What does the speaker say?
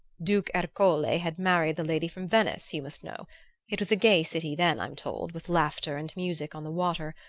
duke ercole had married the lady from venice, you must know it was a gay city, then, i'm told, with laughter and music on the water,